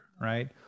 right